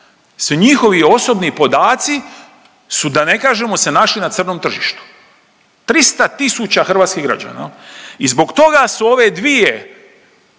se njihovi osobni podaci su, da ne kažemo, se našli na crnom tržištu. 300 tisuća hrvatskih građana, je li? I zbog toga su ove dvije